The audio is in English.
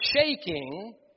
shaking